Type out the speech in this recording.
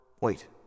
Wait